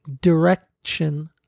direction